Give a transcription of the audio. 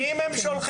אם הם שולחים.